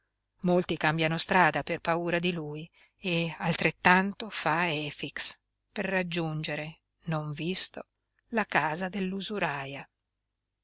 molti cambiano strada per paura di lui e altrettanto fa efix per raggiungere non visto la casa dell'usuraia una